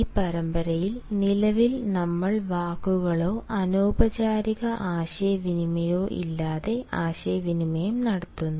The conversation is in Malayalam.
ഈ പരമ്പരയിൽ നിലവിൽ നമ്മൾ വാക്കുകളോ അനൌപചാരിക ആശയവിനിമയമോ ഇല്ലാതെ ആശയവിനിമയം നടത്തുന്നു